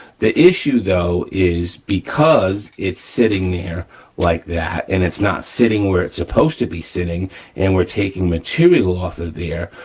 the issue though is because it's sitting there like that, and it's not sitting where it's supposed to be sitting and we're taking material off of there,